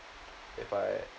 if I